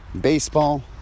baseball